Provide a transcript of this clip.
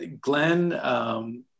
Glenn